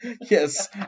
Yes